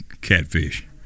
catfish